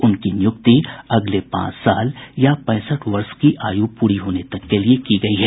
उनकी नियुक्ति अगले पांच साल या पैंसठ वर्ष की आयु पूरी होने तक के लिए की गयी है